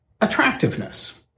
attractiveness